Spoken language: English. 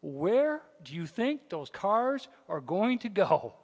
where do you think those cars are going to go